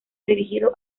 dirigido